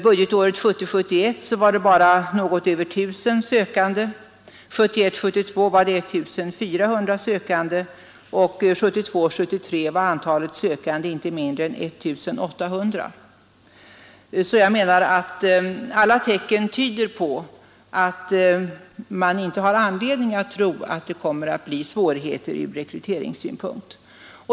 Budgetåret 1970 72 var det 1400 sökande och 1972/73 var antalet sökande inte mindre än 1 800. Alla tecken tyder alltså på att man inte har anledning att tro att det kommer att bli svårigheter ur rekryteringssynpunkt.